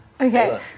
Okay